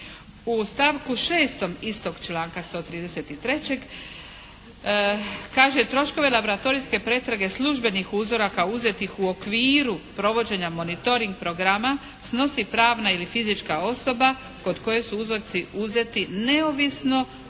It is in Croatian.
U stavku šestom istog članka 133. kaže troškove laboratorijske pretrage službenih uzoraka uzetih u okviru provođenja monitoring programa snosi pravna ili fizička osoba kod koje su uzorci uzeti neovisno